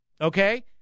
Okay